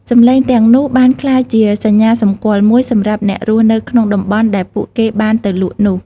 សំឡេងទាំងនោះបានក្លាយជាសញ្ញាសម្គាល់មួយ សម្រាប់អ្នករស់នៅក្នុងតំបន់ដែលពួកគេបានទៅលក់នោះ។